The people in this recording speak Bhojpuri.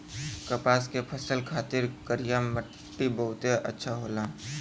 कपास के फसल खातिर करिया मट्टी बहुते अच्छा होला